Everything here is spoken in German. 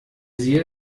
sie